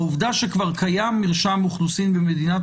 העובדה שכבר קיים מרשם אוכלוסין במדינת